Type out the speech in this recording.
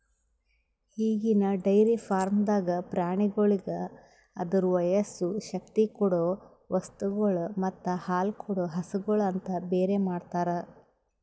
ಈಗಿನ ಡೈರಿ ಫಾರ್ಮ್ದಾಗ್ ಪ್ರಾಣಿಗೋಳಿಗ್ ಅದುರ ವಯಸ್ಸು, ಶಕ್ತಿ ಕೊಡೊ ವಸ್ತುಗೊಳ್ ಮತ್ತ ಹಾಲುಕೊಡೋ ಹಸುಗೂಳ್ ಅಂತ ಬೇರೆ ಮಾಡ್ತಾರ